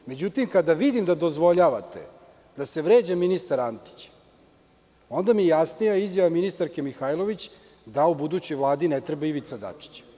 Međutim, kada vidim da dozvoljavate da se vređa ministar Antić, onda mi je jasnija izjava ministarke Mihajlović da u budućoj Vladi ne treba Ivica Dačić.